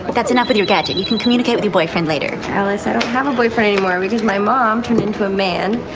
that's enough with your gadget, you can communicate with your boyfriend later. alice, i don't have a boyfriend anymore because my mom turned into a man,